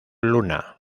luna